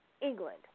England